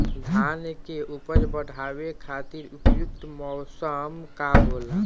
धान के उपज बढ़ावे खातिर उपयुक्त मौसम का होला?